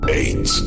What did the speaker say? eight